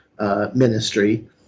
ministry